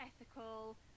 ethical